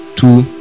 Two